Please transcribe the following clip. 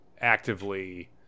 actively